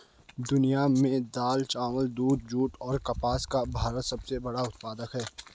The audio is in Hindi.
दुनिया में दाल, चावल, दूध, जूट और कपास का भारत सबसे बड़ा उत्पादक है